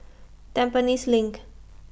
Tampines LINK